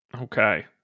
Okay